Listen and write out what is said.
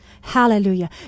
Hallelujah